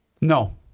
No